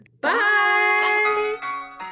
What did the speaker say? bye